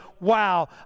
Wow